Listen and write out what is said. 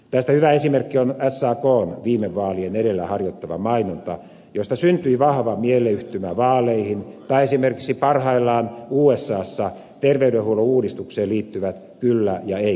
tästä hyvä esimerkki on sakn viime vaalien edellä harjoittama mainonta josta syntyi vahva mielleyhtymä vaaleihin tai esimerkiksi parhaillaan usassa terveydenhuollon uudistukseen liittyvät kyllä ja ei kampanjat